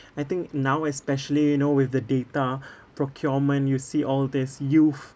I think now especially you know with the data procurement you see all these youth